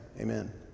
amen